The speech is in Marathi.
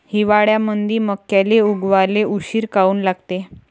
हिवाळ्यामंदी मक्याले उगवाले उशीर काऊन लागते?